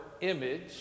image